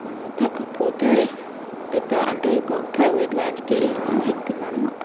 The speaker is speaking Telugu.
తగ్గకపోతే పెద్ద అంటే గవ ప్రైవేటు దానికి వెళ్ళు అని చెప్పింది అనమాట